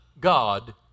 God